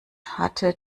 hatte